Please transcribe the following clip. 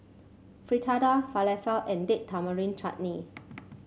Fritada Falafel and Date Tamarind Chutney